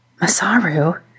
Masaru